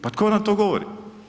Pa tko nam to govori?